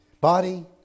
body